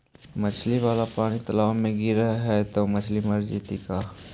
नली वाला पानी तालाव मे गिरे है त मछली मर जितै का?